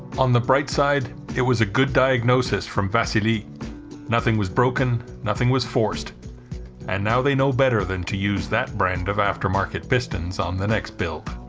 on the bright side it was a good diagnosis from vasily nothing was broken nothing was forced and now they know better than to use that brand of aftermarket pistons on the next build